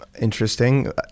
Interesting